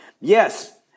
Yes